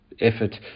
Effort